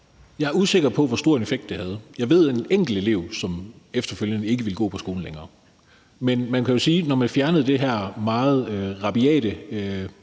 Jeg er usikker på, hvor stor en effekt det havde. Jeg ved, der var en enkelt elev, som efterfølgende ikke ville gå på skolen længere. Men man kan jo sige, at når man fjernede det her meget rabiate